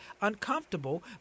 uncomfortable